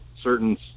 certain